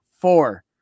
Four